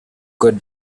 got